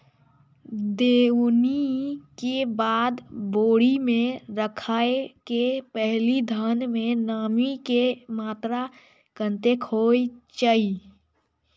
दौनी के बाद बोरी में रखय के पहिने धान में नमी के मात्रा कतेक होय के चाही?